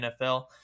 NFL